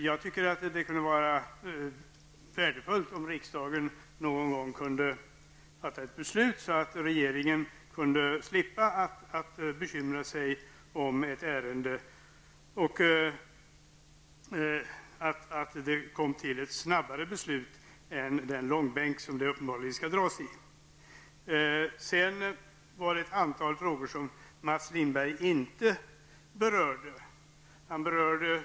Jag tycker dock att det vore värdefullt om riksdagen någon gång kunde fatta beslut, så att regeringen slapp bekymra sig. Det vore bra om vi fick ett snabbare beslut i stället för den långbänk som ärendet uppenbarligen skall dras i. Det finns ett antal frågor som Mats Lindberg inte har berört.